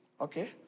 Okay